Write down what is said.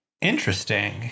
Interesting